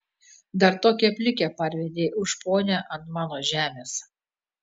dar tokią plikę parvedei už ponią ant mano žemės